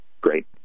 Great